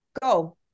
go